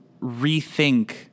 rethink